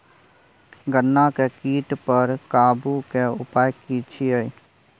गन्ना के कीट पर काबू के उपाय की छिये?